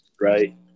Right